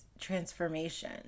transformation